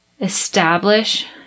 establish